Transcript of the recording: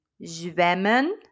zwemmen